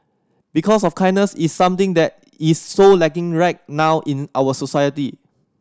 because of kindness is something that is so lacking right now in our society